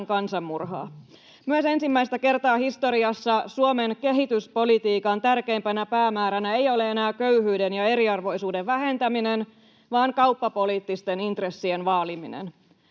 Myös ensimmäistä kertaa historiassa Suomen kehityspolitiikan tärkeimpänä päämääränä ei ole enää köyhyyden ja eriarvoisuuden vähentäminen vaan kauppapoliittisten intressien vaaliminen.